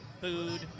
food